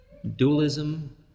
Dualism